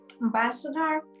ambassador